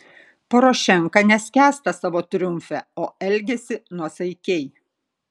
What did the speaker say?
porošenka neskęsta savo triumfe o elgiasi nuosaikiai